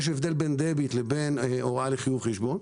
יש הבדל בין דביט לבין הוראה לחיוב חשבון.